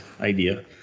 idea